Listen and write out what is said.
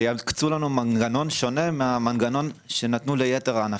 שיקצו לנו מנגנון שונה מהמנגנון שנתנו ליתר הענפים,